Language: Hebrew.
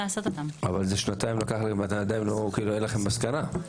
אבל לקח לכם שנתיים ועדיין אין לכם מסקנה.